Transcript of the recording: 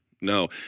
No